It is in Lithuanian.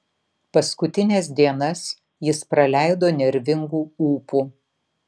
paskutines dienas jis praleido nervingu ūpu